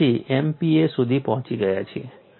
79 MPa સુધી પહોંચી ગયા છીએ